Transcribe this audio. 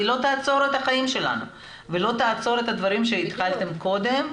היא לא תעצור את החיים שלנו ולא תעצור את הדברים שהתחלתם קודם.